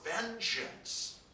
vengeance